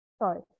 sorry